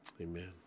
Amen